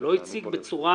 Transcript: לא הציג בצורה